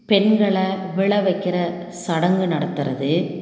பெண்களை விழ வைக்கிற சடங்கு நடத்துறது